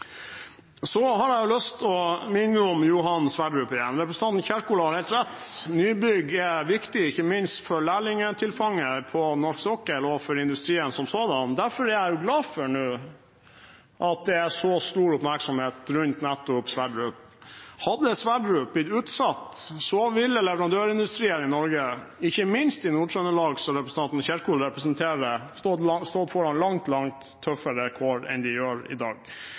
Så har jeg lyst til å minne om Johan Sverdrup igjen. Representanten Kjerkol har helt rett – nybygg er viktig, ikke minst for lærlingtilfanget på norsk sokkel og for industrien som sådan. Derfor er jeg glad for at det nå er så stor oppmerksomhet rundt nettopp Sverdrup. Hadde Sverdrup blitt utsatt, ville leverandørindustrien i Norge, ikke minst i Nord-Trøndelag – som representanten Kjerkol representerer – stått foran langt tøffere kår enn de gjør i dag.